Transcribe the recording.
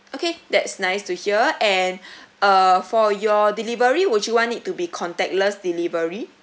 okay that's nice to hear and uh for your delivery would you want it to be contactless delivery